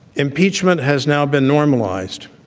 impeachment has now been normalized.